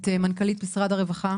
את מנכ"לית משרד הרווחה,